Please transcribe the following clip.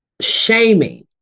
shaming